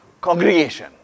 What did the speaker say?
congregation